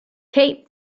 kate